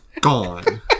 gone